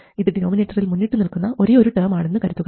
ഇത് ഡിനോമിനേറ്ററിൽ മുന്നിട്ടു നിൽക്കുന്ന ഒരേ ഒരു ടേം ആണെന്ന് കരുതുക